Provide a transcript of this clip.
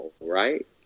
right